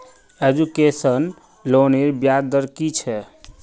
Education लोनेर ब्याज दर कि छे?